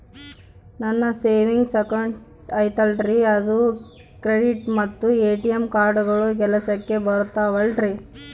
ನನ್ನ savings account ಐತಲ್ರೇ ಅದು ಕ್ರೆಡಿಟ್ ಮತ್ತ ಎ.ಟಿ.ಎಂ ಕಾರ್ಡುಗಳು ಕೆಲಸಕ್ಕೆ ಬರುತ್ತಾವಲ್ರಿ?